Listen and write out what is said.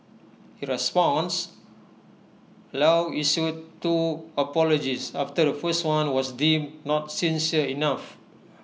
in response low issued two apologies after the first one was deemed not sincere enough